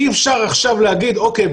אי אפשר עכשיו להגיד אוקיי,